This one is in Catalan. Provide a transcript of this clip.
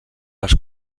les